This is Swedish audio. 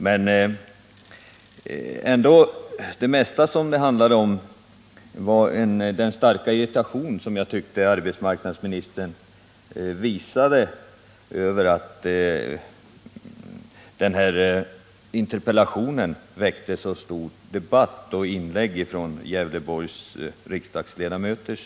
Men det mesta som framgick var den starka irritation som jag tyckte arbetsmarknadsministern visade över att den här interpellationen väckte så stor debatt och så många inlägg från Gävleborgs riksdagsledamöter.